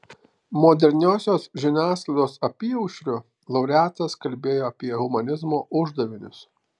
moderniosios žiniasklaidos apyaušriu laureatas kalbėjo apie humanizmo uždavinius